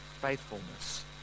faithfulness